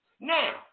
Now